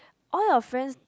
all your friends